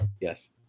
Yes